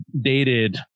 dated